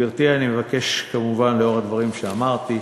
גברתי, אני מבקש, כמובן, לאור הדברים שאמרתי,